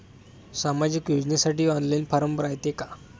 सामाजिक योजनेसाठी online form रायते का?